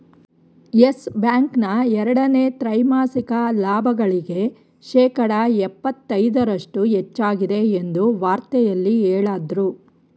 Yes Bank ನ ಎರಡನೇ ತ್ರೈಮಾಸಿಕ ಲಾಭಗಳಿಗೆ ಶೇಕಡ ಎಪ್ಪತೈದರಷ್ಟು ಹೆಚ್ಚಾಗಿದೆ ಎಂದು ವಾರ್ತೆಯಲ್ಲಿ ಹೇಳದ್ರು